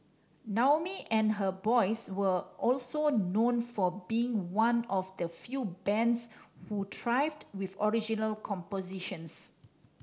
Naomi and her boys were also known for being one of the few bands who thrived with original compositions